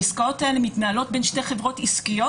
העסקאות האלה מתנהלות בין שתי חברות עסקיות